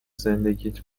زندگیت